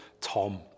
Tom